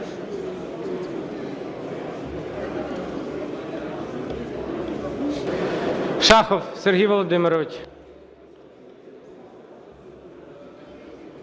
Шахов Сергій Володимирович.